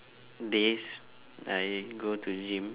days I go to gym